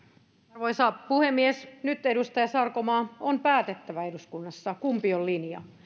arvoisa puhemies nyt edustaja sarkomaa on päätettävä eduskunnassa kumpi on linja